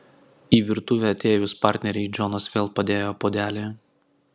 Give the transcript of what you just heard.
į virtuvę atėjus partnerei džonas vėl padėjo puodelį